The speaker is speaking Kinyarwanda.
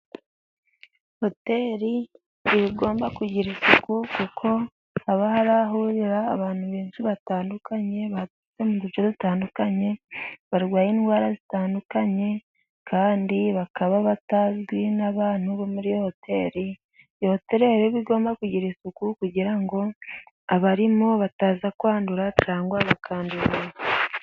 Hoteli iba igomba kugira isuku kuko haba harahurira abantu benshi batandukanye batutse mu duce dutandukanye barwaye indwara zitandukanye kandi bakaba batazwi n'abantu bo muri iyo hotel. Iyo hoteli rero iba bigomba kugira isuku kugira ngo abarimo bataza kwandura cyangwa bakandurwa.